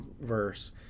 verse